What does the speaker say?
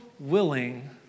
Willing